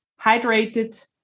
hydrated